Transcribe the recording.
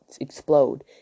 explode